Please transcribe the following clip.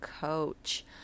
coach